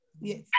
Yes